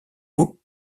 vous